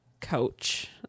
coach